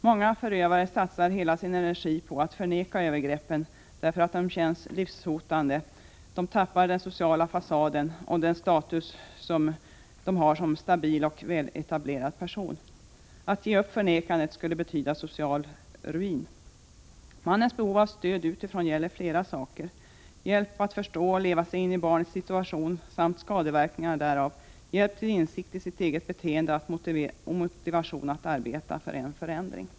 Många förövare satsar hela sin energi på att förneka övergreppen därför att det känns livshotande att tappa den sociala fasaden och den status man har som = Nr 94 stabil och väletablerad person. Att ge upp förnekandet skulle betyda social ruin. Mannens behov av stöd utifrån gäller flera saker: hjälp att förstå och leva sig in i barnens situation samt skadeverkningarna därav, hjälp till insikt i sitt Om påföljden för eget beteende och motivation att arbeta för en förändring.